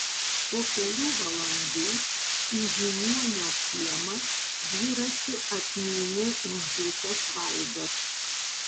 po kelių valandų į žiniuonio kiemą dviračiu atmynė uždusęs vaidas